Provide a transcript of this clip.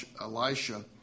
Elisha